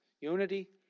unity